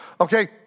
Okay